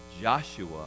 Joshua